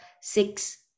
six